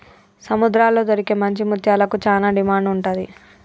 సముద్రాల్లో దొరికే మంచి ముత్యాలకు చానా డిమాండ్ ఉంటది